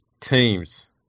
teams